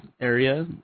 area